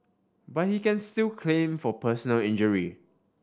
but he can still claim for personal injury